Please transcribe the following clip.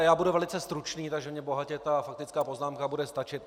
Já budu velice stručný, takže mně bohatě ta faktická poznámka bude stačit.